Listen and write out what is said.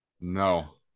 No